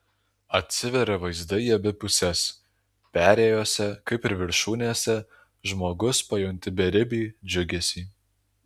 atsiveria vaizdai į abi puses perėjose kaip ir viršūnėse žmogus pajunti beribį džiugesį